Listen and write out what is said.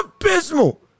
Abysmal